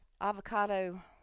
avocado